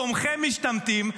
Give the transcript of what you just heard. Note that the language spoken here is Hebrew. תומכי משתמטים,